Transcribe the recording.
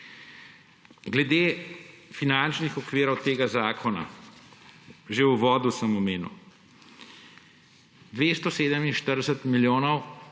Glede finančnih okvirov tega zakona. Že v uvodu sem omenil. 247 milijonov